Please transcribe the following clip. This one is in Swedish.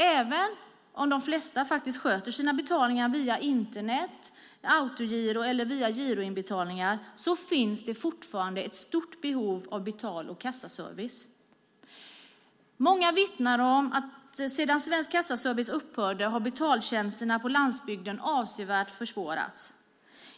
Även om de flesta sköter sina betalningar via Internet, autogiro eller giroinbetalningar finns det fortfarande ett stort behov av betal och kassaservice. Många vittnar om att sedan Svensk Kassaservice upphörde har betaltjänsterna på landsbygden avsevärt försämrats.